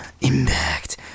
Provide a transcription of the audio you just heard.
Impact